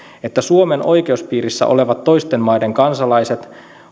että suomen oikeuspiirissä olevat toisten maiden kansalaiset